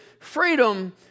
freedom